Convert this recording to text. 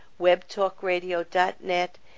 webtalkradio.net